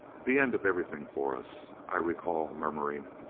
the end of everything for us. i recall murmuring,